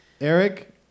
Eric